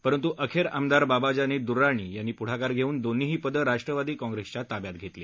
परंत् अखेर आमदार बाबाजानी दूर्राणी यांनी पृढाकार घेऊन दोन्हीही पदे राष्ट्रवादी कॉग्रेसच्या ताब्यात घेतली